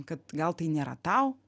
kad gal tai nėra tau